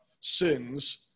sins